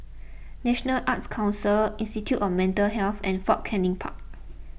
National Arts Council Institute of Mental Health and Fort Canning Park